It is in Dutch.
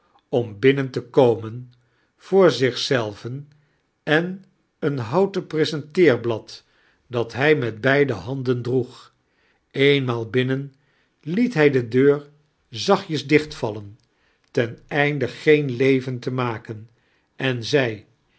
oin binnen te komen voor zich zelven en een houten presenteerblad dat hij met beide haj den droeg eenmaal binnen liet hij de deur zachtjes dichtvallen ten einde geen leven te maken en zei